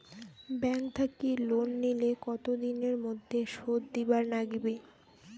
Bank থাকি loan নিলে কতো দিনের মধ্যে শোধ দিবার নাগিবে?